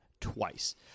twice